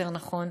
יותר נכון,